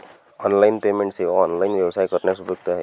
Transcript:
online payment सेवा online व्यवसाय करण्यास उपयुक्त आहेत